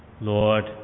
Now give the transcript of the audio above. Lord